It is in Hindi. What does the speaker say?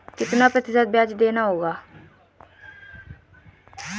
कितना प्रतिशत ब्याज देना होगा?